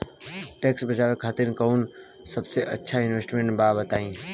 Tax बचावे खातिर कऊन सबसे अच्छा इन्वेस्टमेंट बा बताई?